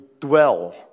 dwell